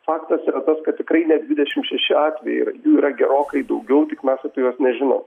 faktas yra tas kad tikrai ne dvidešim šeši atvejai yra jų yra gerokai daugiau tik mes apie juos nežinom